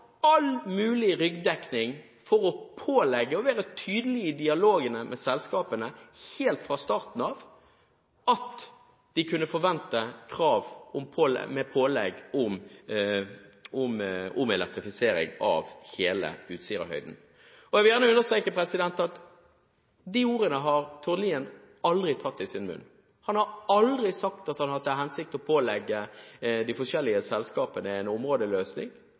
all mulig ryggdekning for å pålegge, være tydelig i dialogene med selskapene helt fra starten på at de kunne forvente krav med pålegg om elektrifisering av hele Utsirahøyden. Jeg vil gjerne understreke at de ordene har Tord Lien aldri tatt i sin munn. Han har aldri sagt at han har til hensikt å pålegge de forskjellige selskapene en områdeløsning.